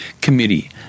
committee